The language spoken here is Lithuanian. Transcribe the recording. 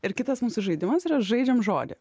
ir kitas mūsų žaidimas yra žaidžiam žodį